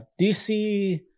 DC